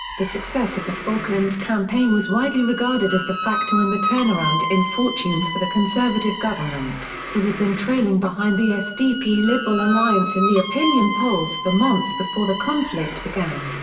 the success of the falklands campaign was widely regarded as the factor in the turnaround in fortunes for the conservative government, who had been trailing behind the sdp-liberal alliance in the opinion polls for months before the conflict began,